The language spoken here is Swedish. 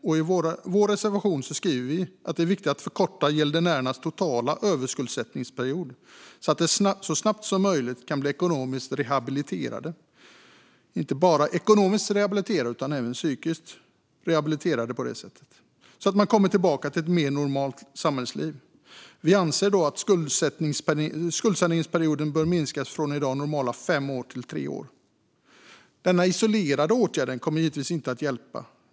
I vår reservation skriver vi att det är viktigt att förkorta gäldenärernas totala överskuldsättningsperiod så att de så snabbt som möjligt kan bli ekonomiskt rehabiliterade och inte bara ekonomiskt rehabiliterade utan även psykiskt rehabiliterade, så att de kan komma tillbaka till ett mer normalt samhällsliv. Vi anser att skuldsaneringsperioden bör kortas från i dag normala fem år till tre år. Denna isolerade åtgärd kommer givetvis inte att hjälpa.